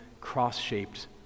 cross-shaped